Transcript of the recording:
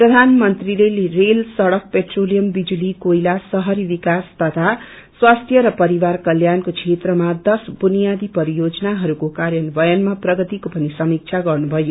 प्रधानमंत्रीले रेल सड़क पेट्रोलियम बिजुती क्रोयला शहरी विकास तथा स्वास्थ्य र परिवार कल्याण्को क्षेत्रमा दश बुनियादी परियोजनाहरूको कार्यन्वयनमा प्रगतिको पनि समीक्षा गर्नुथयो